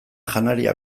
janaria